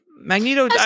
Magneto